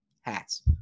hats